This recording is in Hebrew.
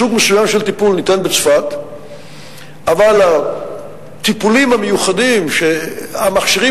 סוג מסוים של טיפול ניתן בצפת אבל הטיפולים המיוחדים שהמכשירים